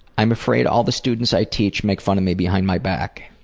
i'm afraid all the students i teach make fun of me behind my back.